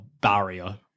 barrier